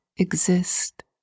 Exist